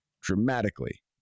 dramatically